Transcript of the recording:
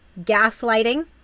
gaslighting